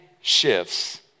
shifts